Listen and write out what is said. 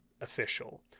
official